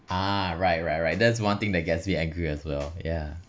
ah right right right that's one thing that gets me angry as well yeah